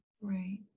Right